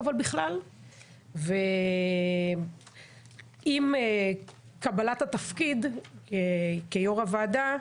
עם קבלת התפקיד כיו"ר הוועדה,